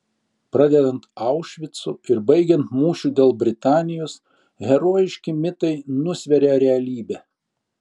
pradedant aušvicu ir baigiant mūšiu dėl britanijos herojiški mitai nusveria realybę